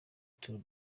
tour